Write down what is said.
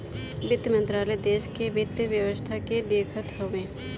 वित्त मंत्रालय देस के वित्त व्यवस्था के देखत हवे